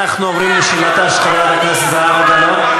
אנחנו עוברים לשאלתה של חברת הכנסת זהבה גלאון.